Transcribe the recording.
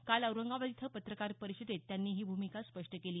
काल औरंगाबाद इथं पत्रकार परिषदेत त्यांनी ही भूमिका स्पष्ट केली